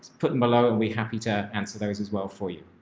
put them below and we happy to answer those as well for you.